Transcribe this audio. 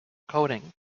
coding